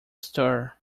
stir